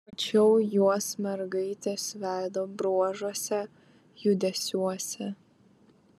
mačiau juos mergaitės veido bruožuose judesiuose